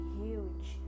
huge